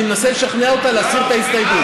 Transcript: אני מנסה לשכנע אותה להסיר את ההסתייגות.